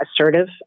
assertive